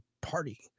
party